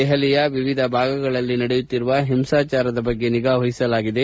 ದೆಹಲಿಯ ವಿವಿಧ ಭಾಗಗಳಲ್ಲಿ ನಡೆಯುತ್ತಿರುವ ಹಿಂಸಾಚಾರದ ಬಗ್ಗೆ ನಿಗಾ ವಹಿಸಲಾಗಿದೆ